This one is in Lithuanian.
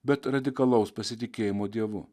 bet radikalaus pasitikėjimo dievu